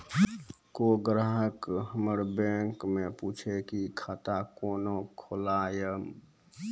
कोय ग्राहक हमर बैक मैं पुछे की खाता कोना खोलायब?